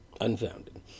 Unfounded